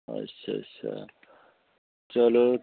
अच्छा अच्छा चलो